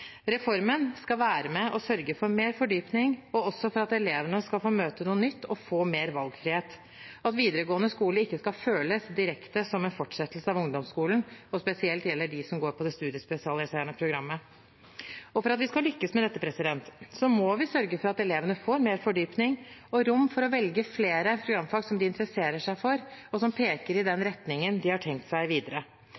Reformen skal være med på å sørge for mer fordypning, for at elevene skal få møte noe nytt og få mer valgfrihet, og for at videregående skole ikke skal føles direkte som en fortsettelse av ungdomsskolen. Spesielt gjelder det dem som går på det studiespesialiserende programmet. For at vi skal lykkes med dette, må vi sørge for at elevene får mer fordypning og rom for å velge flere programfag som de interesserer seg for, og som peker i den